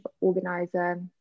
organizer